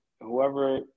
whoever